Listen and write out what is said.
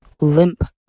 limp